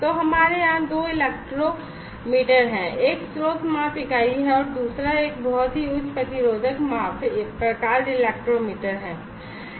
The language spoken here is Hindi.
तो हमारे यहां दो इलेक्ट्रोमीटर हैं एक स्रोत माप इकाई है और दूसरा एक बहुत ही उच्च प्रतिरोधक माप प्रकार इलेक्ट्रोमीटर है